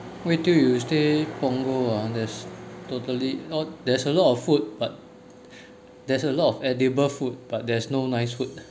wait till you stay Punggol ah this totally oh there's a lot of food but there's a lot of edible food but there's no nice food